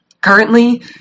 currently